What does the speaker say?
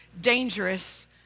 dangerous